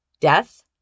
Death